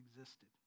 existed